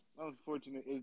unfortunate